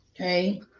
okay